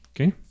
Okay